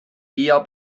eher